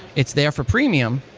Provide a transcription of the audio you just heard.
it's there for premium.